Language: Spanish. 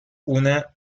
una